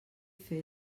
fer